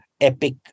epic